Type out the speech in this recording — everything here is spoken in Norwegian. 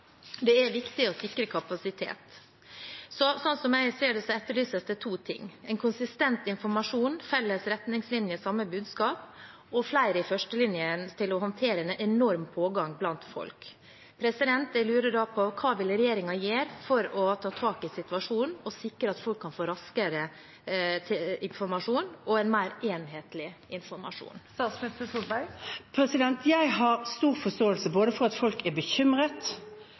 Det er viktig å sikre kapasitet. Slik jeg ser det, etterlyses to ting: en konsistent informasjon, felles retningslinjer, samme budskap og flere i førstelinjen til å håndtere en enorm pågang blant folk. Jeg lurer da på hva regjeringen vil gjøre for å ta tak i situasjonen og sikre at folk kan få raskere informasjon og mer enhetlig informasjon. Jeg har stor forståelse både for at folk er bekymret,